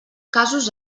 casos